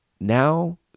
now